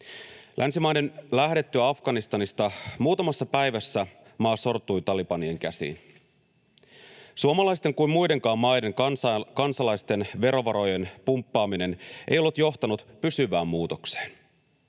Länsimaiden lähdettyä Afganistanista maa sortui muutamassa päivässä talibanien käsiin. Suomalaisten ja muidenkaan maiden kansalaisten verovarojen pumppaaminen ei ollut johtanut pysyvään muutokseen.